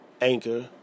Anchor